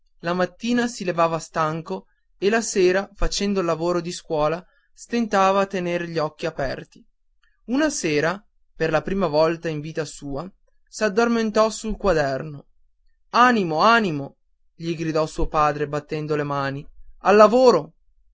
la mattina si levava stanco e la sera facendo il lavoro di scuola stentava a tener gli occhi aperti una sera per la prima volta in vita sua s'addormentò sul quaderno animo animo gli gridò suo padre battendo le mani al lavoro